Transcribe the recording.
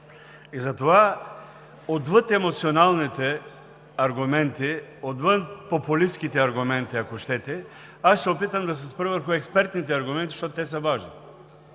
Затова отвъд емоционалните аргументи, отвъд популистките аргументи, ако щете, ще се опитам да се спра върху експертните аргументи, защото те са важни.